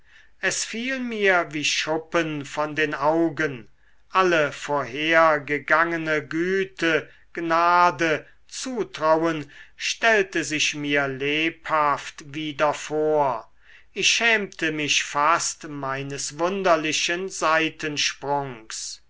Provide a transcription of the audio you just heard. es fiel mir wie schuppen von den augen alle vorhergegangene güte gnade zutrauen stellte sich mir lebhaft wieder vor ich schämte mich fast meines wunderlichen seitensprungs